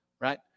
right